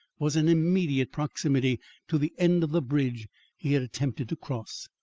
was in immediate proximity to the end of the bridge he had attempted to cross.